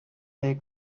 they